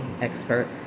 expert